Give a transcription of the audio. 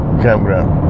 campground